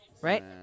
Right